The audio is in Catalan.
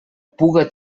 puga